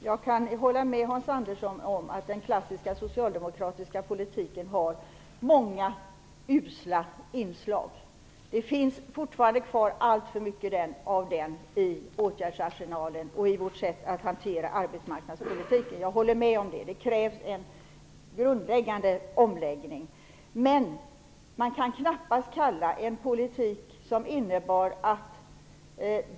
Herr talman! Jag håller med Hans Andersson om att den klassiska socialdemokratiska politiken har många usla inslag. Det finns fortfarande kvar alltför mycket av den i åtgärdsarsenalen och i vårt sätt att hantera arbetsmarknadspolitiken. Det håller jag med om. Det krävs en grundläggande omläggning.